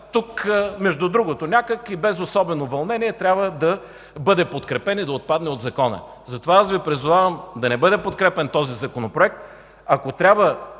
някак между другото и без особено вълнение трябва да бъде подкрепен и да отпадне от Закона. Затова Ви призовавам да не бъде подкрепян този Законопроект. Ако трябва,